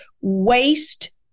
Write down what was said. waste